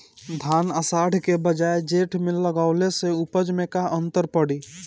धान आषाढ़ के बजाय जेठ में लगावले से उपज में का अन्तर पड़ी?